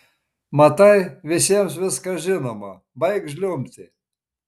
matai visiems viskas žinoma baik žliumbti